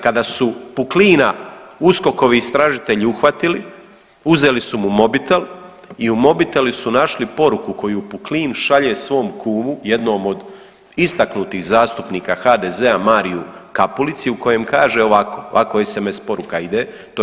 Kada su Puklina USKOK-ovi istražitelji uhvatili uzeli su mu mobitel i u mobitelu su našli poruku koju Puklin šalje svom kumu, jednom od istaknutih zastupnika HDZ-a Mariu Kapulici u kojem kaže ovako, ovako SMS poruka ide.